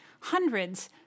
hundreds